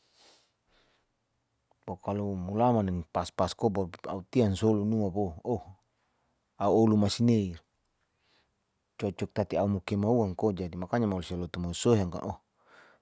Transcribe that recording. pokalo mulaman pas-pas ko baru a'u tian solo nua boh a'u alu masi nesir cocop tati a'u me kemauan ko jadi makanya mau sialotu masohi.